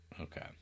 Okay